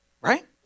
Right